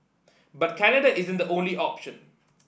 but Canada isn't the only option